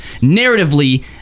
narratively